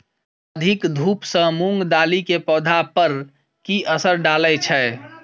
अधिक धूप सँ मूंग दालि केँ पौधा पर की असर डालय छै?